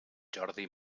jordi